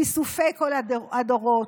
כיסופי כל הדורות.